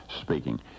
speaking